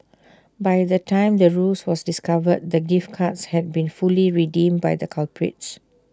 by the time the ruse was discovered the gift cards had been fully redeemed by the culprits